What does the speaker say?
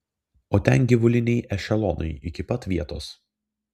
o ten gyvuliniai ešelonai iki pat vietos